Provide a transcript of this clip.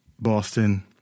Boston